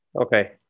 Okay